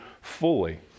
fully